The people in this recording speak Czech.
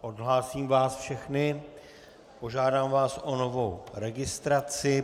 Odhlásím vás všechny, požádám vás o novou registraci.